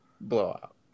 blowout